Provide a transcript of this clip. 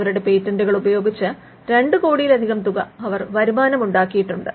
അവരുടെ പേറ്റന്റുകൾ ഉപയോഗിച്ച് 2 കോടിയിലധികം തുക അവർ വരുമാനമായിട്ടുണ്ടാക്കിയിട്ടുണ്ട്